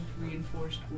reinforced